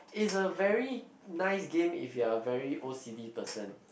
is a very nice game if you are a very old city person